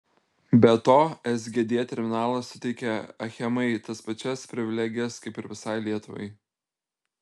be to sgd terminalas suteikia achemai tas pačias privilegijas kaip ir visai lietuvai